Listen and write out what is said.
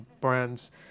brands